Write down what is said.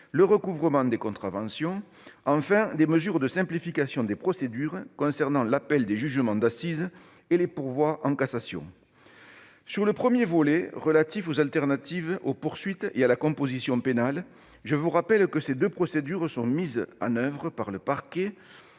le recouvrement des contraventions ; enfin, des mesures de simplification des procédures concernant l'appel des jugements d'assises et les pourvois en cassation. Sur le premier volet, relatif aux alternatives aux poursuites et à la composition pénale, rappelons que ces deux procédures sont mises en oeuvre par le parquet